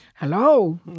Hello